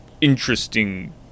interesting